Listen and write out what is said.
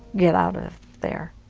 get out of there.